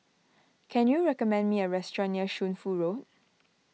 can you recommend me a restaurant near Shunfu Road